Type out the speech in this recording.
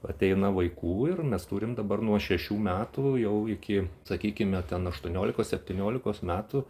ateina vaikų ir mes turim dabar nuo šešių metų jau iki sakykime ten aštuoniolikos septyniolikos metų